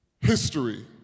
history